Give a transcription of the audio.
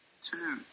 Two